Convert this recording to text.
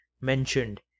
mentioned